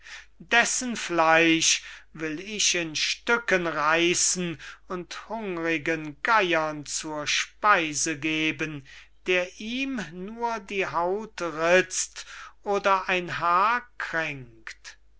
dessen fleisch will ich in stücken reissen und hungrigen geiern zur speise geben der ihm nur die haut ritzt oder ein haar kränkt